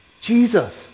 Jesus